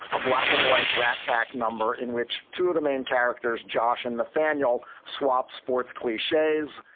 a black and white rat pack number in which two of the main characters, josh and the fanueil, swapped sports cliches.